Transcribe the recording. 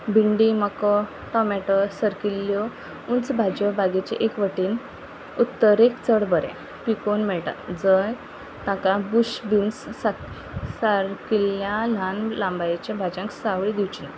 भिंडी मको टमेटो सरकिल्ल्यो उंच भाज्यो बागेचे एक वटेन उत्तरेक चड बरें पिकोवन मेळटा जंय ताका बुश बिन्स सारकिल्ल्या ल्हान लांबायेच्या भाज्यांक सावळी दिवची